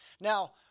now